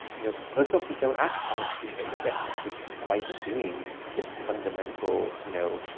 you know, most doctors don't ask how much sleep that you're getting despite it being this fundamental, you know.